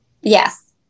Yes